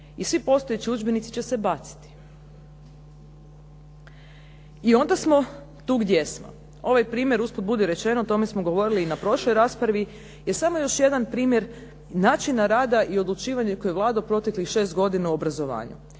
i svi postojeći udžbenici će se baciti. I onda smo tu gdje smo. Ovaj primjer, usput budi rečeno, o tome smo govorili i na prošloj raspravi, je samo još jedan primjer načina rada i odlučivanja …/Govornica se ne razumije./… Vlada u proteklih godina u obrazovanju